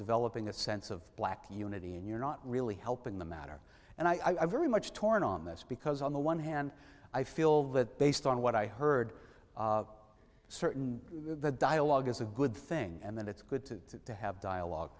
developing a sense of black community and you're not really helping the matter and i very much torn on this because on the one hand i feel that based on what i heard certain the dialogue is a good thing and that it's good to have dialogue